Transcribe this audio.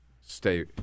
stay